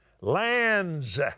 lands